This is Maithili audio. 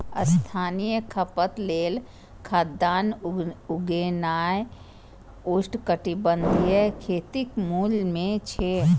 स्थानीय खपत लेल खाद्यान्न उगेनाय उष्णकटिबंधीय खेतीक मूल मे छै